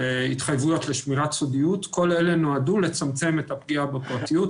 התחייבויות לשמירת סודיות כל אלה נועדו לצמצם את הפגיעה בפרטיות.